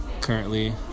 currently